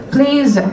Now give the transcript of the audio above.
Please